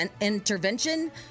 intervention